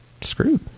screwed